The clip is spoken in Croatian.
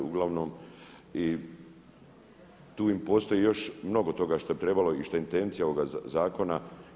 Uglavnom tu postoji još mnogo toga što bi trebalo i što je intencija ovoga zakona.